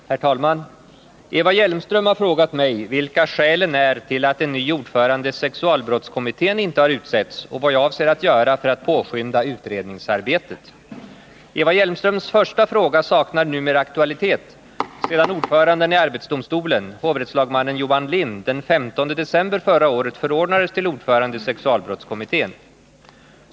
Herr talman! Eva Hjelmström har frågat mig vilka skälen är till att en ny ordförande i sexualbrottskommittén inte har utsetts och vad jag avser att göra för att påskynda utredningsarbetet. Eva Hjelmströms första fråga saknar numera aktualitet, sedan ordföranden i arbetsdomstolen, hovrättslagmannen Johan Lind, den 15 december förra året förordnades till ordförande i sexualbrottskommittén.